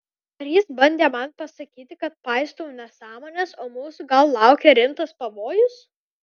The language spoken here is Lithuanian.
ar jis bandė man pasakyti kad paistau nesąmones o mūsų gal laukia rimtas pavojus